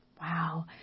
Wow